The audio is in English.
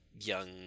young